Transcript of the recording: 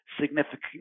significant